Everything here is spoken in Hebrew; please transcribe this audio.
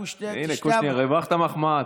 אנחנו, הינה, קושניר, הרווחת מחמאה.